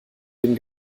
dem